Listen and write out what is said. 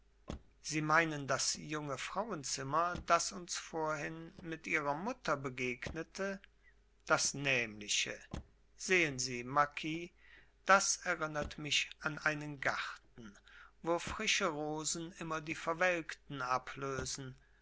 sie meinen das junge frauenzimmer das uns vorhin mit ihrer mutter begegnete das nämliche sehen sie marquis das erinnert mich an einen garten wo frische rosen immer die verwelkten ablösen